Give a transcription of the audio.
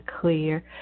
clear